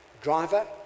Driver